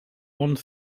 one